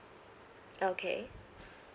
okay